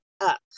up